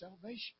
salvation